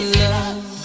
love